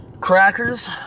crackers